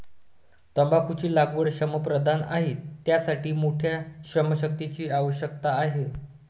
तंबाखूची लागवड श्रमप्रधान आहे, त्यासाठी मोठ्या श्रमशक्तीची आवश्यकता आहे